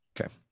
Okay